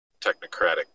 technocratic